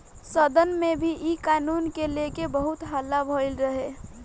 सदन में भी इ कानून के लेके बहुत हल्ला भईल रहे